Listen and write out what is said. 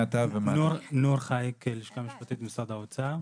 בגלל שצה"ל